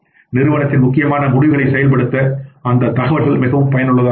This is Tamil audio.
நிறுவனத்தில் முக்கியமான முடிவுகளை செயல்படுத்த அந்த தகவல்கள் மிகவும் பயனுள்ளதாக இருக்கும்